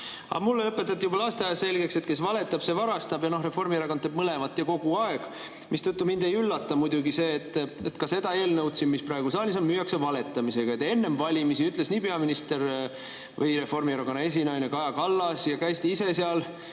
Mulle õpetati juba lasteaias selgeks, et kes valetab, see varastab. No Reformierakond teeb mõlemat ja kogu aeg, mistõttu mind ei üllata muidugi see, et ka seda eelnõu siin, mis saalis on, müüakse valetamisega. Enne valimisi ütles peaminister või Reformierakonna esinaine Kaja Kallas ja te käisite ise seal